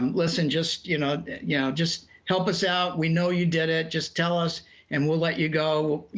um listen just you know yeah just help us out, we know you did it, just tell us and well let you go,